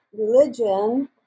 religion